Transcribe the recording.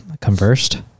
Conversed